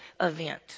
event